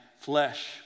flesh